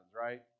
right